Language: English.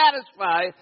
satisfy